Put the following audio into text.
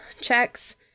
checks